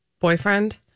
boyfriend